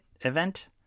event